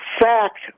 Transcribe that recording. fact